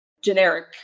generic